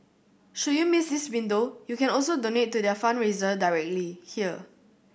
should you miss this window you can also donate to their fundraiser directly here